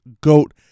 GOAT